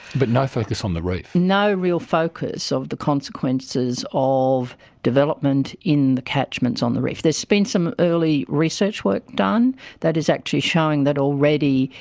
but no focus on the reef? no real focus of the consequences of development in the catchments on the reef. there's been some early research work done that is actually showing that already,